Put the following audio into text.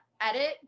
edit